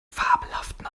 fabelhaften